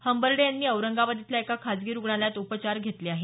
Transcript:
हंबर्डे यांनी औरंगाबाद इथल्या एका खाजगी रूग्णालयात उपचार घेतले आहेत